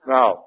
Now